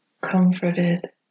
comforted